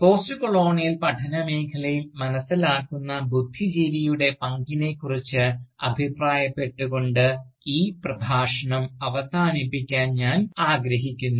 postcolonial പഠനമേഖലയിൽ മനസ്സിലാകുന്ന ബുദ്ധിജീവിയുടെ പങ്കിനെക്കുറിച്ച് അഭിപ്രായപ്പെട്ടുകൊണ്ട് ഈ പ്രഭാഷണം അവസാനിപ്പിക്കാൻ ഞാൻ ആഗ്രഹിക്കുന്നു